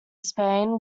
spain